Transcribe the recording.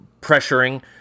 pressuring